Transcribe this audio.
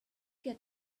get